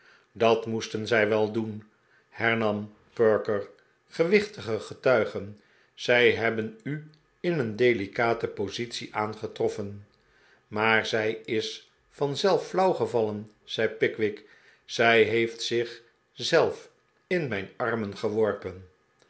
dat moesten zij wel doen hernam perker gewichtige getuigen ze hebben u in een delicate positie aangetroffen maar zij is vanzelf flauw gevallen zei pickwick zij heeft zich zelf in mijn armen geworpen